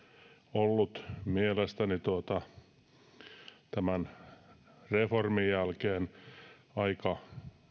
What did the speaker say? ollut mielestäni tämän reformin jälkeen aika